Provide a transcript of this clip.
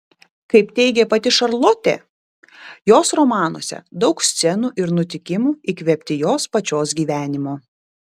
kaip teigė pati šarlotė jos romanuose daug scenų ir nutikimų įkvėpti jos pačios gyvenimo